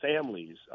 families